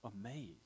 amazed